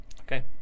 Okay